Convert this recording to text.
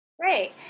Great